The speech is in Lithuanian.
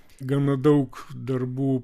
gana daug darbų